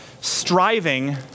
striving